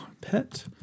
Pet